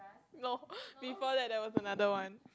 no before that there was another one